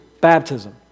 baptism